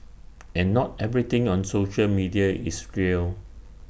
and not everything on social media is real